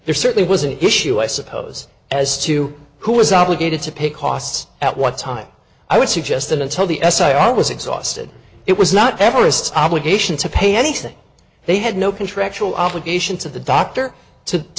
there certainly was an issue i suppose as to who was obligated to pay costs at what time i would suggest until the s i was exhausted it was not everest obligation to pay anything they had no contractual obligation to the doctor to